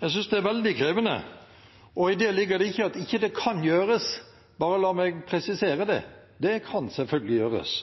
Jeg synes det er veldig krevende, og i det ligger det ikke at det ikke kan gjøres, la meg presisere det. Det kan selvfølgelig gjøres,